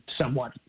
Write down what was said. somewhat